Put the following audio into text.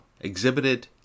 exhibited